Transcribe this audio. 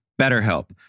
BetterHelp